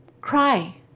cry